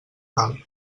cal